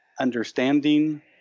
understanding